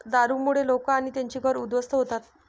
दारूमुळे लोक आणि त्यांची घरं उद्ध्वस्त होतात